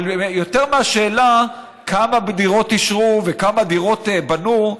אבל יותר מהשאלה כמה דירות אישרו וכמה דירות בנו,